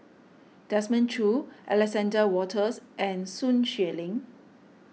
Desmond Choo Alexander Wolters and Sun Xueling